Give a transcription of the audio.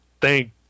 thank